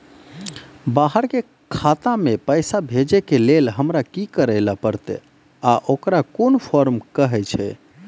बाहर के खाता मे पैसा भेजै के लेल हमरा की करै ला परतै आ ओकरा कुन फॉर्म कहैय छै?